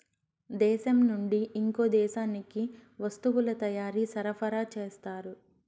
దేశం నుండి ఇంకో దేశానికి వస్తువుల తయారీ సరఫరా చేస్తారు